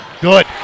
good